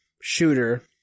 shooter